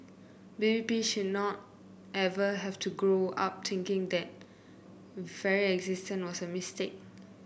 baby P should not ever have to grow up thinking that very existence was a mistake